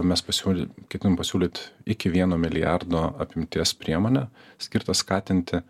mes pasiūly ketinam pasiūlyt iki vieno milijardo apimties priemonę skirtą skatinti